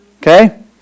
Okay